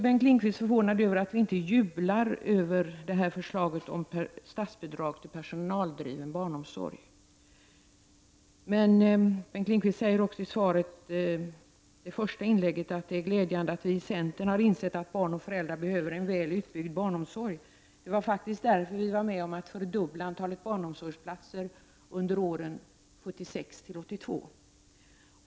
Bengt Lindqvist är förvånad över att vi inte jublar över förslaget om statsbidrag till personaldriven barnomsorg. Bengt Lindqvist sade också i svaret i dag att det är glädjande att vi i centern har insett att barn och föräldrar behöver en väl utbyggd barnomsorg. Ja, det var ju därför vi var med om att fördubbla antalet barnomsorgsplatser åren 1976—1982.